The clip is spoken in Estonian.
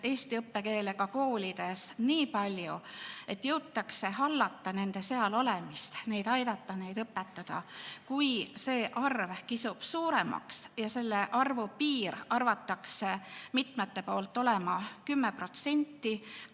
eesti õppekeelega koolides nii palju, et jõutakse hallata nende seal olemist, neid aidata, neid õpetada. Kui see arv kisub suuremaks – see piir arvatakse olevat 10%